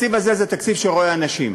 התקציב הזה הוא תקציב שרואה אנשים,